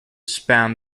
spam